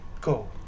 go